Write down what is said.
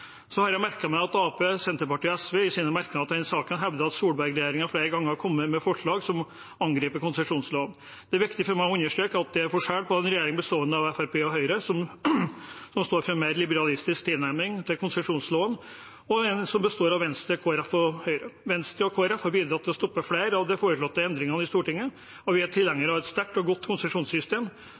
har merket meg at Arbeiderpartiet, Senterpartiet og SV i sine merknader til denne saken hevder at Solberg-regjeringen flere ganger har kommet med forslag som angriper konsesjonsloven. Det er viktig for meg å understreke at det er forskjell på en regjering bestående av Fremskrittspartiet og Høyre, som står for en mer liberalistisk tilnærming til konsesjonsloven, og en som består av Venstre, Kristelig Folkeparti og Høyre. Venstre og Kristelig Folkeparti har bidratt til å stoppe flere av de foreslåtte endringene i Stortinget, og vi er tilhengere av et sterkt og godt konsesjonssystem